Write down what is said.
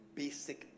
basic